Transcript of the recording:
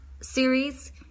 Series